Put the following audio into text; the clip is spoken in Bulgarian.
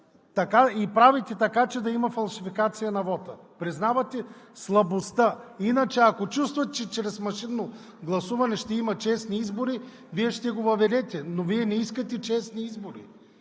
и правите така, че да има фалшификация на вота. Иначе, ако чувствате, че чрез машинно гласуване ще има честни избори, Вие ще го въведете. Но Вие не искате честни избори.